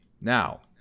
Now